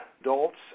adults